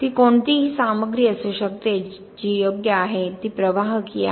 ती कोणतीही सामग्री असू शकते जी योग्य आहे ती प्रवाहकीय आहे